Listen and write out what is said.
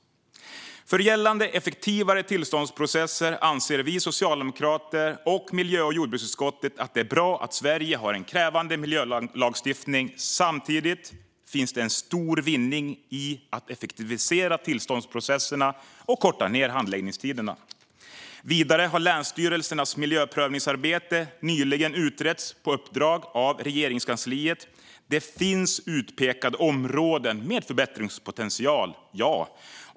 För effektivare gällande tillståndsprocesser anser vi socialdemokrater och miljö och jordbruksutskottet att det är bra att Sverige har en krävande miljölagstiftning. Samtidigt finns det en stor vinning med att effektivisera tillståndsprocesserna och korta ned handläggningstiderna. Vidare har länsstyrelsernas miljöprövningsarbete nyligen utretts på uppdrag av Regeringskansliet. Det finns utpekade områden med förbättringspotential - ja.